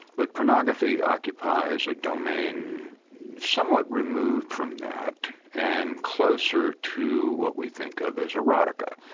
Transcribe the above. but pornography occupies a domain somewhat removed from that, and closer to what we think of as erotica.